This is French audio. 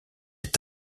est